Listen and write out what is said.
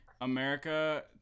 America